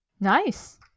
Nice